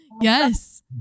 Yes